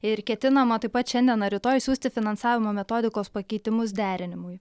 ir ketinama taip pat šiandien ar rytoj siųsti finansavimo metodikos pakeitimus derinimui